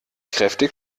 kräftig